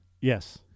Yes